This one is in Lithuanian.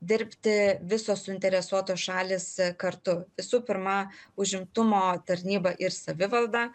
dirbti visos suinteresuotos šalys kartu visų su pirma užimtumo tarnyba ir savivalda